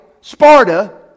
Sparta